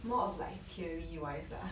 more of like theory wise lah